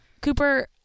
Cooper